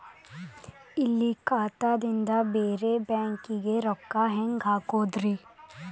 ಇಲ್ಲಿ ಖಾತಾದಿಂದ ಬೇರೆ ಬ್ಯಾಂಕಿಗೆ ರೊಕ್ಕ ಹೆಂಗ್ ಹಾಕೋದ್ರಿ?